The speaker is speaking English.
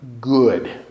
good